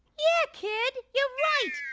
yeah, kid, you're right.